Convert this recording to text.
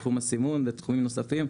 את תחום הסימון ותחומים נוספים,